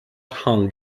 hung